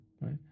right